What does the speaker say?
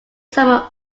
summer